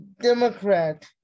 Democrat